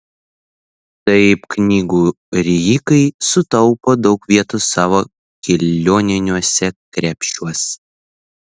taip knygų rijikai sutaupo daug vietos savo kelioniniuose krepšiuos